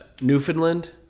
Newfoundland